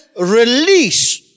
release